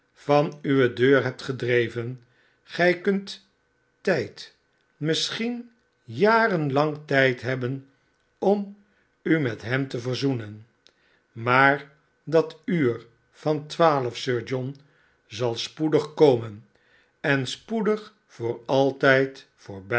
van uwe deur hebt gedreven gij kunt tijd misschien jaren lang tijd hebben om u met hem te verzoenen maar dat uur van twaaif sir john zal spoedig komen en spoedig voor altijd voorbij